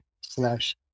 slash